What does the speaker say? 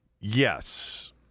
Yes